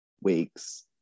weeks